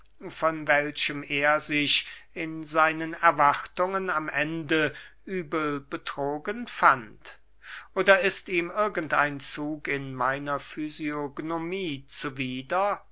von welchem er sich in seinen erwartungen am ende übel betrogen fand oder ist ihm irgend ein zug in meiner fysionomie zuwider